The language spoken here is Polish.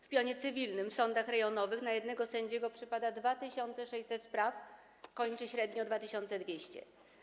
W pionie cywilnym w sądach rejonowych na jednego sędziego przypada 2600 spraw, kończy średnio 2200.